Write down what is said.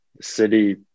city